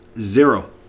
Zero